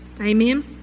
amen